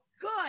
good